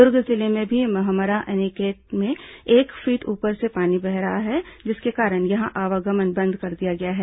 दुर्ग जिले में भी महमरा एनीकट के एक फीट ऊपर से पानी बह रहा है जिसके कारण यहां आवागमन बंद कर दिया गया है